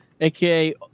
AKA